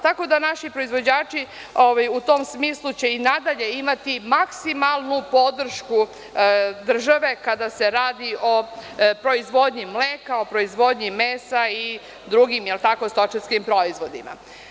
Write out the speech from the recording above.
Tako da, naši proizvođači u tom smislu će i nadalje imati maksimalnu podršku države, kada se radi o proizvodnji mleka, o proizvodnji mesa i drugim stočarskim proizvodima.